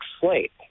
slate